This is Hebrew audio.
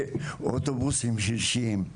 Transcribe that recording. באוטובוסים של שיעים.